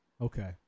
Okay